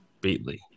Beatley